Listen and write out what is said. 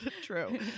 true